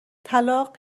طلاق